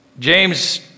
James